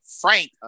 Frank